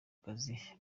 kazi